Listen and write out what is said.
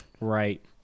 Right